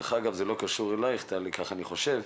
דרך אגב, זה לא קשור אליך, טלי, כך אני חושב.